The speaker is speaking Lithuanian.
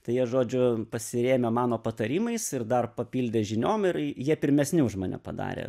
tai jie žodžiu pasirėmė mano patarimais ir dar papildė žiniom ir jie pirmesni už mane padarė